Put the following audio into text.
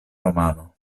romano